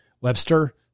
webster